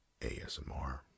ASMR